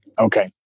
Okay